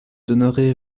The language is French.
donnerai